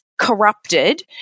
corrupted